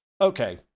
Okay